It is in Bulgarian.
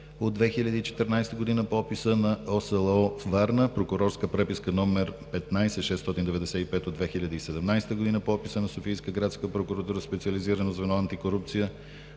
от 2014 г. по описа на ОСлО – Варна, прокурорска преписка № 15-695 от 2017 г. по описа на Софийската градска прокуратура, специализирано звено „Антикорупция“